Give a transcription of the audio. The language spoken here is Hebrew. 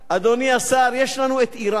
יש לנו את אירן.